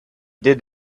did